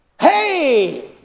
hey